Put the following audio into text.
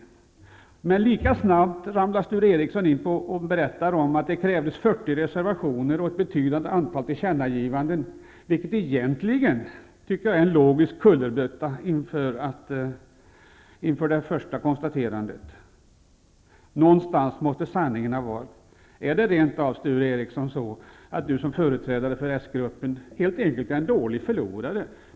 Men lika snabbt ramlar Sture Ericson in på att berätta att det krävdes 40 reservationer och ett betydande antal tillkännagivanden, vilket jag egentligen tycker är en logisk kullerbytta jämfört med det första konstaterandet. Någonstans måste sanningen finnas. Är det rent av så att Sture Ericson som företrädare för den socialdemokratiska gruppen helt enkelt är en dålig förlorare?